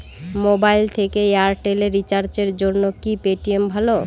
Mobile থেকে Airtel এ রিচার্জের জন্য কি পেটিএম ভালো?